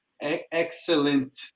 excellent